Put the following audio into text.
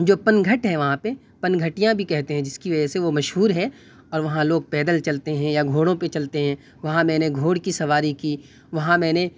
جو پنگھٹ ہے وہاں پہ پنگھٹیاں بھی کہتے ہیں جس کی وجہ سے وہ مشہور ہے اور وہاں لوگ پیدل چلتے ہیں یا گھوڑوں پہ چلتے ہیں وہاں میں نے گھوڑے کی سواری کی وہاں میں نے